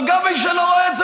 אבל גם מי שלא רואה את זה,